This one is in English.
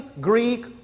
Greek